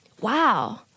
wow